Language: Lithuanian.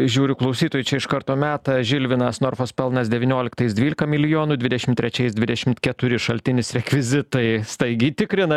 žiūriu klausytojai čia iš karto meta žilvinas norfos pelnas devynioliktais dvylika milijonų dvidešim trečiais dvidešimt keturi šaltinis rekvizitai staigiai tikrina